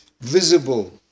Visible